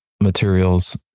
materials